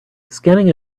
scanning